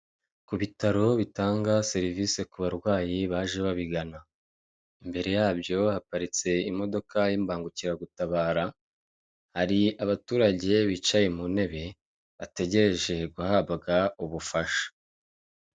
Kubitaro bitanga serivise kubarwayi baje babigana. Imbere yabyo haparitse imodoka y'imbangukiragutabara, hari abaturage bicaye muntebe bategereje guhabwa ubufasha.